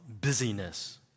busyness